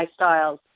lifestyles